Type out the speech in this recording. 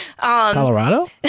Colorado